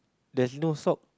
there's no sock